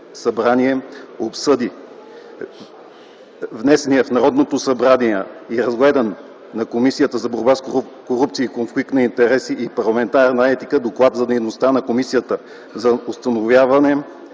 събрание, обсъди внесения в Народното събрание и разпределен на Комисията за борба с корупцията и конфликт на интереси и парламентарна етика, Доклад за дейността на Комисията за установяване